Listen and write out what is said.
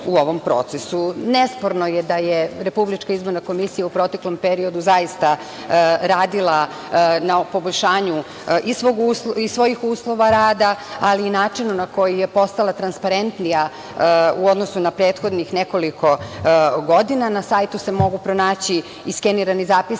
u ovom procesu. Nesporno je da je Republička izborna komisija u proteklom periodu zaista radila na poboljšanju i svojih uslova rada, ali i načina na koji je postala transparentnija u odnosu na prethodnih godina. Na sajtu se mogu pronaći i skenirani zapisnici